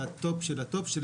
על הטופ של הטופ,